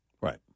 Right